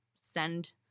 send